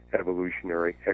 evolutionary